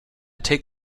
take